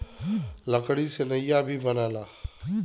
लकड़ी से नइया भी बनला